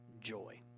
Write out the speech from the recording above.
joy